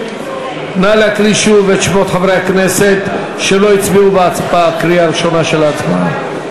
נא להקריא שוב את שמות חברי הכנסת שלא הצביעו בקריאה הראשונה של ההצבעה.